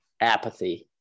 Apathy